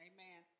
Amen